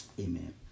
Amen